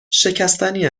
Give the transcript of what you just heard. شکستنی